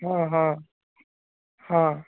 ହଁ ହଁ ହଁ